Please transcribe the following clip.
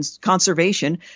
conservation